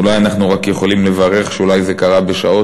אולי אנחנו רק יכולים לברך שזה קרה בשעות